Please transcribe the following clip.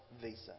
visa